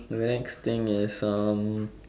so the next thing is um